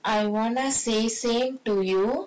I want to say same to you